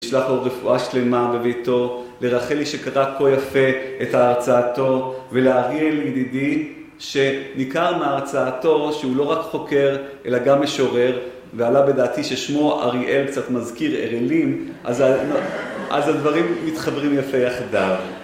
ישלח לו רפואה שלמה בביתו, לרחלי שקראה כה יפה את ההרצאתו ולאריאל ידידי שניכר מהרצאתו שהוא לא רק חוקר אלא גם משורר, ועלה בדעתי ששמו אריאל קצת מזכיר אראלים, אז הדברים מתחברים יפה יחדיו